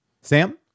Sam